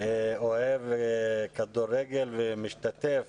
אוהב כדורגל ומשתתף